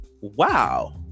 wow